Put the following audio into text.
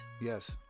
Yes